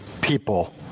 people